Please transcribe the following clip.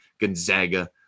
Gonzaga